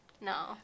No